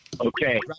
Okay